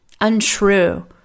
untrue